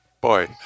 boy